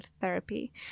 therapy